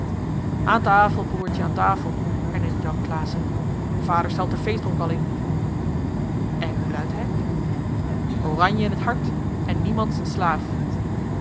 aan tafel broêrtje aan tafel herneemt jan klaassen vader stelt den feestdronk al in en hoe luidt hij oranje in t hart en niemands slaaf